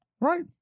right